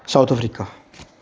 South Africa